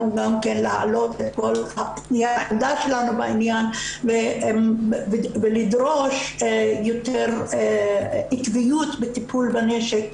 גם כן להעלות את כל העמדה שלנו בעניין ולדרוש יותר עקביות בטיפול בנשק,